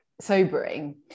sobering